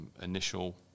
Initial